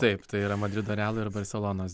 taip tai yra madrido real ir barselonos